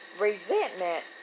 resentment